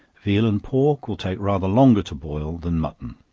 veal and pork will take rather longer to boil than mutton.